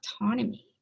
autonomy